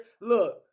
look